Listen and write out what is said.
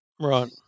Right